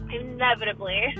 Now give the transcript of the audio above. inevitably